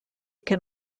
can